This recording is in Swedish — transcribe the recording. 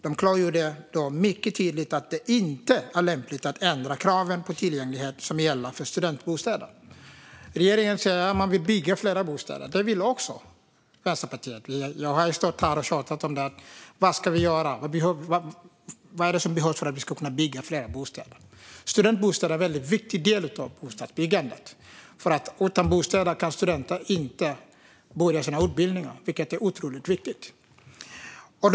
De klargjorde då mycket tydligt att det inte var lämpligt att ändra de krav på tillgänglighet som gäller för studentbostäder. Regeringen säger att man vill bygga fler bostäder. Det vill Vänsterpartiet också. Jag har stått här och tjatat om det: Vad ska vi göra? Vad är det som behövs för att vi ska kunna bygga fler bostäder? Studentbostäder är en väldigt viktig del av bostadsbyggandet, för utan bostäder kan studenter inte börja sina utbildningar, något som det är otroligt viktigt att de kan.